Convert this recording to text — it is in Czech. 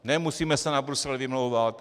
Nemusíme se na Brusel vymlouvat.